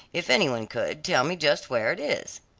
if any one could, tell me just where it is.